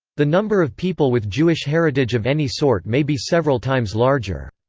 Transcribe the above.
the number of people with jewish heritage of any sort may be several times larger.